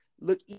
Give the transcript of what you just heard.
look